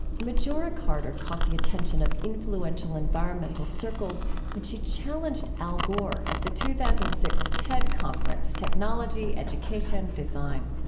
majora carter caught the attention of influential environmental circles when she challenged al gore at the two thousand and six ted conference, technology education design.